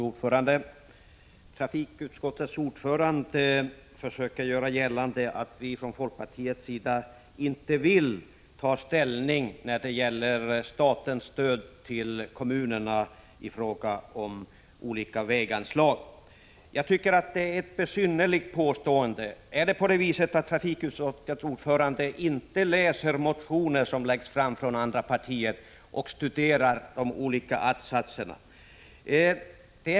Fru talman! Trafikutskottets ordförande försöker göra gällande att vi från folkpartiets sida inte vill ta ställning när det gäller statens stöd till kommunerna i form av olika väganslag. Jag tycker att det är ett besynnerligt påstående. Läser trafikutskottets ordförande inte motioner som läggs fram från andra partier och studerar de olika att-satserna?